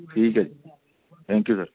ਠੀਕ ਹੈ ਜੀ ਥੈਂਕ ਯੂ ਸਰ